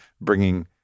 bringing